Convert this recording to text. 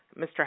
Mr